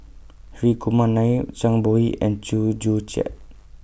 Hri Kumar Nair Zhang Bohe and Chew Joo Chiat